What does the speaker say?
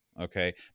okay